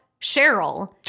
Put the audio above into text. Cheryl